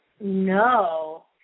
No